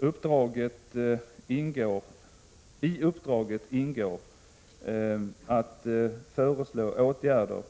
I uppdraget ingår att föreslå åtgärder